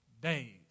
days